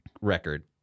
record